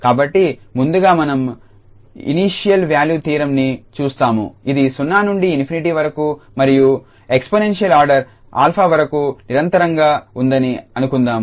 కాబట్టి ముందుగా మనం ఇనీషియల్ వాల్యూ థీరం ని చూస్తాము ఇది 0 నుండి ∞ వరకు మరియు ఎక్స్పోనెన్షియల్ ఆర్డర్ 𝛼 వరకు నిరంతరంగా ఉందని అనుకుందాం